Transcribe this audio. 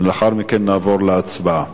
לאחר מכן נעבור להצבעה.